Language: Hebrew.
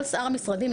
כל שאר המשרדים,